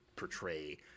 portray